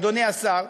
אדוני השר,